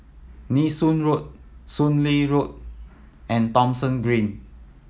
Nee Soon Road Soon Lee Road and Thomson Green